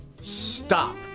Stop